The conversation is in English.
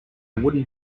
wooden